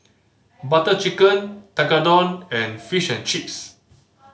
Butter Chicken Tekkadon and Fish and Chips